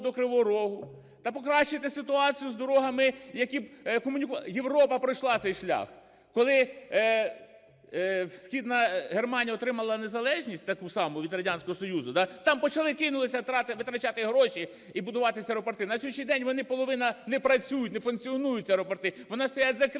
до Кривого Рога та покращити ситуацію з дорогами, які б … Європа пройшла цей шлях, коли Східна Германія отримала незалежність таку саму від Радянського Союзу, да, там почали… кинулися витрачати гроші і будуватися аеропорти. На сьогоднішній день вони половина не працюють, не функціонують, ці аеропорти, вони стоять закриті